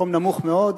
מקום נמוך מאוד,